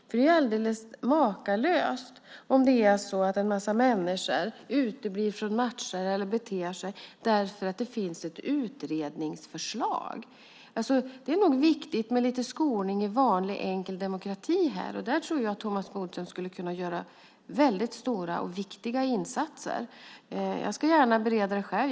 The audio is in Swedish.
Det är alldeles makalöst om det är så att en massa människor uteblir från matcher eller beter sig därför att det finns ett utredningsförslag. Det är nog viktigt med lite skolning i vanlig enkel demokrati här. Och där tror jag att Thomas Bodström skulle kunna göra väldigt stora och viktiga insatser. Jag ska gärna bereda det själv.